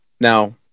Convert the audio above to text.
Now